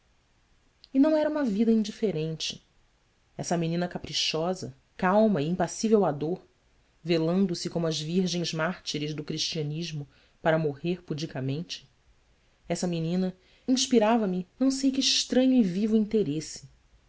e não era uma vida indiferente essa menina caprichosa calma e impassível à dor velando se como as virgens mártires do cristianismo para morrer pudicamente essa menina inspirava me não sei que estranho e vivo interesse